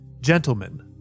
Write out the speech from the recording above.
gentlemen